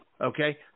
Okay